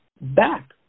back